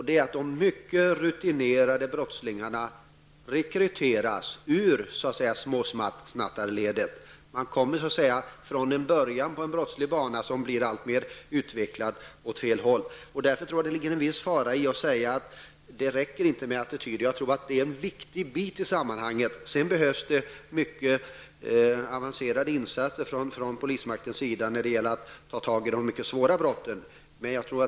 De mycket rutinerade brottslingarna rekryteras ur småsnattarledet och de kommer från en början av en brottslig bana som utvecklas alltmer åt fel håll. Det ligger en viss fara i att säga att det inte endast räcker med attityder. Jag tror att de är en viktig del i sammanhanget. Det behövs mycket avancerade insatser från polisens sida när det gäller att ta tag i de svåra brotten.